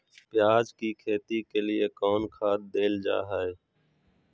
प्याज के खेती के लिए कौन खाद देल जा हाय?